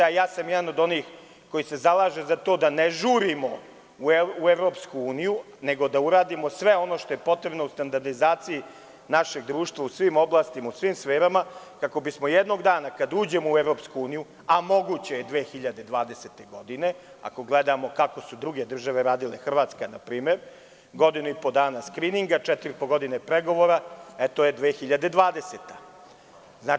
Ja sam jedan od onih koji se zalaže za to da ne žurimo u EU, nego da uradimo sve ono što je potrebno u standardizaciji našeg društva u svim oblastima, u svim sferama, kako bismo jednog dana kada uđemo u EU, a moguće je 2020. godine, ako gledamo kako su druge države radile, Hrvatska npr. Godinu i po dana skrininga, četiri i po godine pregovora, to je 2020. godina.